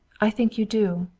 i think you do.